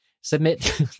Submit